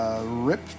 Rip